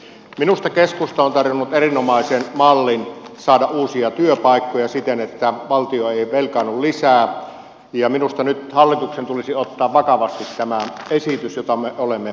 minusta keskusta on tarjonnut erinomaisen mallin saada uusia työpaikkoja siten että valtio ei velkaannu lisää ja minusta nyt hallituksen tulisi ottaa vakavasti tämä esitys jota me olemme esittäneet